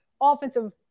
offensive